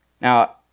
Now